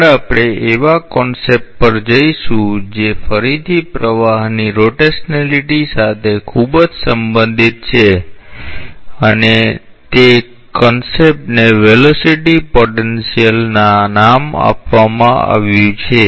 આગળ આપણે એવા કોન્સેપ્ટ પર જઈશું જે ફરીથી પ્રવાહની પરિભ્રમણતા સાથે ખૂબ જ સંબંધિત છે અને તે કોન્સેપ્ટ ને વેલોસિટી પોટેન્શિયલ નામ આપવામાં આવ્યું છે